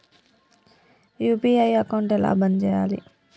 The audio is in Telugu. యూ.పీ.ఐ అకౌంట్ ఎలా బంద్ చేయాలి?